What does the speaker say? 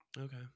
okay